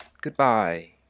goodbye